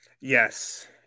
Yes